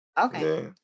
okay